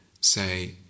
say